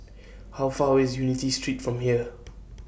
How Far away IS Unity Street from here